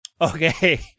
Okay